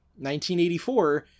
1984